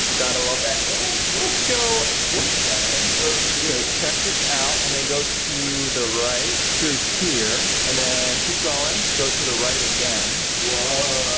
gotta love that. and let's go this yeah check this out and then go to the right through here. and then keep going. go to the right again. whoa.